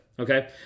Okay